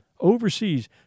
overseas